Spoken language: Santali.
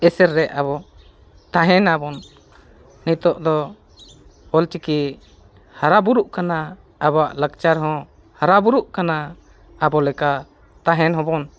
ᱮᱥᱮᱨ ᱨᱮ ᱟᱵᱚ ᱛᱟᱦᱮᱱᱟ ᱵᱚᱱ ᱱᱤᱛᱚᱜ ᱫᱚ ᱚᱞ ᱪᱤᱠᱤ ᱦᱟᱨᱟ ᱵᱩᱨᱩᱜ ᱠᱟᱱᱟ ᱟᱵᱚᱣᱟᱜ ᱞᱟᱠᱪᱟᱨ ᱦᱚᱸ ᱦᱟᱨᱟ ᱵᱩᱨᱩᱜ ᱠᱟᱱᱟ ᱟᱵᱚ ᱞᱮᱠᱟ ᱛᱟᱦᱮᱱ ᱦᱚᱵᱚᱱ